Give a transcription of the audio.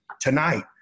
Tonight